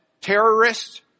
terrorists